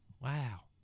Wow